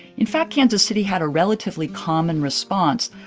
in fact, kansas city had a relatively common response.